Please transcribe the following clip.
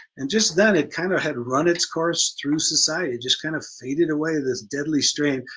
and just then it kind of had run its course through society, just kind of faded away this deadly strain.